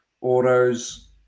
Autos